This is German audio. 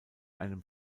einem